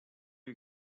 you